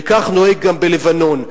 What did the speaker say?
וכך נוהג גם בלבנון.